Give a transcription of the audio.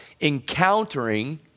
encountering